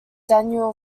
daniel